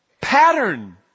pattern